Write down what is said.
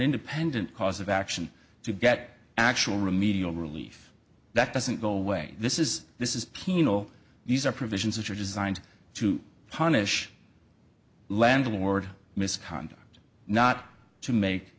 independent cause of action to get actual remedial relief that doesn't go away this is this is penal these are provisions which are designed to punish landlord misconduct not to make